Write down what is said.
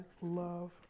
love